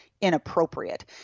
inappropriate